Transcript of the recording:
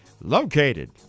Located